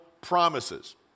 Promises